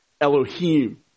Elohim